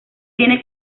tiene